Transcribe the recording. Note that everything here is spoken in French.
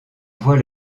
voit